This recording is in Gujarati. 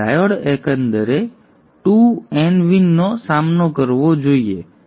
તેથી ડાયોડ એકંદરે 2 nVin નો સામનો કરવો જોઇએ